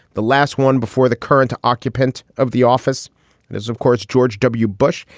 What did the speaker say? the last one before the current occupant of the office and is, of course, george w. bush.